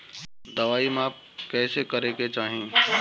दवाई माप कैसे करेके चाही?